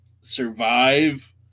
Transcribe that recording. survive